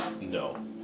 No